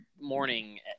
morning